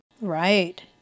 Right